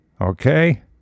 okay